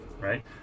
right